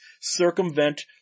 circumvent